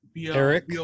Eric